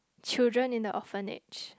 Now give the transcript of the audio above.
children in the orphanage